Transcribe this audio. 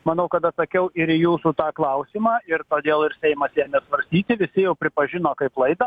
manau kad atsakiau ir jūsų tą klausimą ir todėl ir seimas ėme svarstyti visi jau pripažino kaip klaidą